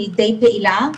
אני די פעילה,